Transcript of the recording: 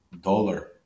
dollar